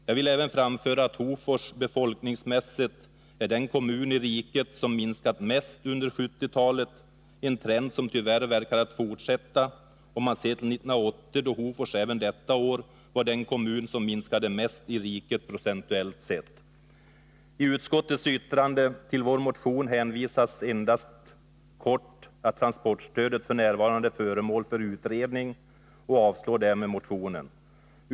Jag vill även framföra att Hofors befolkningsmässigt är den kommun i riket som minskat mest under 1970-talet — en trend som tyvärr verkar att fortsätta om man ser till 1980, eftersom Hofors även detta år var den kommun som minskade mest i riket procentuellt sett. I utskottets yttrande över vår motion hänvisas endast kort till att transportstödet f.n. är föremål för utredning, och därmed avstyrks motionen.